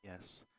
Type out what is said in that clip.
Yes